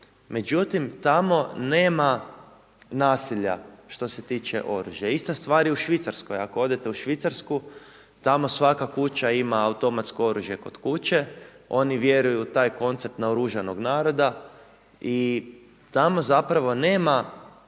međutim tamo nema nasilja što se tiče oružja. Ista stvar je u Švicarskoj. Ako odete u Švicarsku, tamo svaka kuća ima automatsko oružje kod kuće. Oni vjeruju u taj koncept naoružanog naroda i tamo zapravo nema kriminala